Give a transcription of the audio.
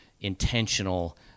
intentional